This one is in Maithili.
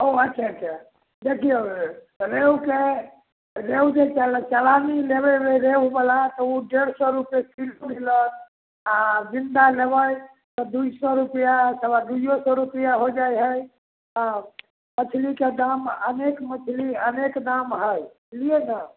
ओ अच्छा अच्छा देखिऔ रेहुके रेहु जे चलानी लेबै रेहुवला तऽ ओ डेढ़ सओ रुपैए किलो मिलत आओर जिन्दा लेबै तऽ दुइ सौ रुपैआ सवा दुइओ सओ रुपैआ हो जाइ हइ हँ मछलीके दाम अनेक मछली अनेक दाम हइ बुझलिए ने